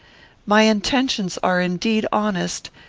my intentions are indeed honest,